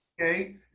Okay